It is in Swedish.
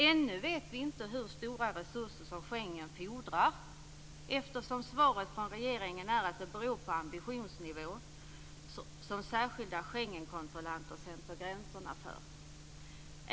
Ännu vet vi inte hur stora resurser som Schengensamarbetet fordrar eftersom svaret från regeringen är att det beror på ambitionsnivå, som särskilda Schengenkontrollanter sätter gränserna för.